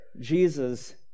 Jesus